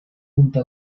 junto